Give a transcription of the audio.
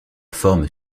forme